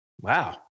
wow